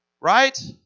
Right